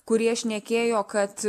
kurie šnekėjo kad